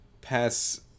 pass